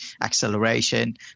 acceleration